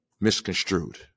misconstrued